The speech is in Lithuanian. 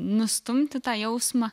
nustumti tą jausmą